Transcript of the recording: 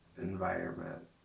environment